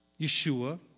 Yeshua